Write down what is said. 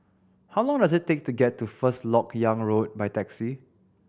how long does it take to get to First Lok Yang Road by taxi